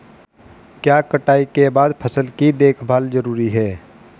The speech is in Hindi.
क्या कटाई के बाद फसल की देखभाल जरूरी है?